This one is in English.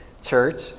church